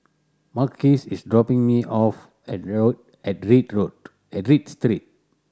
Marquise is dropping me off at rail at read road at Read Street